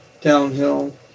downhill